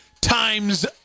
times